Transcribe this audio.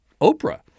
Oprah